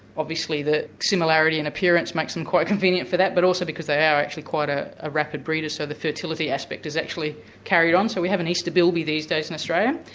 obviously, the similarity and appearance makes them quite convenient for that, but also because they are actually quite a ah rapid breeder, so the fertility aspect is actually carried on. so we have an easter bilby these days in australia,